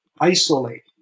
isolate